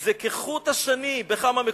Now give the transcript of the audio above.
זה כחוט השני בכמה מקומות.